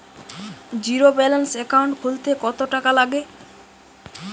Zero balance account খুলতে কত টাকা লাগে?